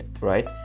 right